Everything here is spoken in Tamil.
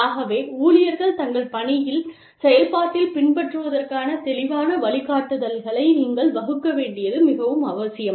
ஆகவே ஊழியர்கள் தங்கள் பணியின் செயல்பாட்டில் பின்பற்றுவதற்கான தெளிவான வழிகாட்டுதல்களை நீங்கள் வகுக்க வேண்டியது மிகவும் அவசியம்